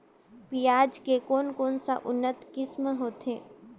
पियाज के कोन कोन सा उन्नत किसम होथे?